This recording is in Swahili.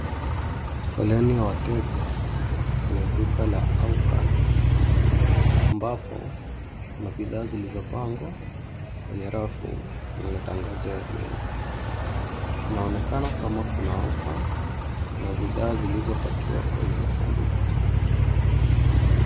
Foleni ya wateja kwenye duka ya Hollican ambapo kuna bidhaa zilizopangwa kwenye rafu na matangazo ya pei, inaonekana kama kuna offer na bidhaa zilizopakiwa kwenye sanduku.